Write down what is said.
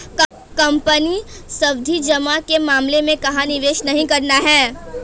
Company सावधि जमा के मामले में कहाँ निवेश नहीं करना है?